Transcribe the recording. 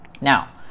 Now